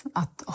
att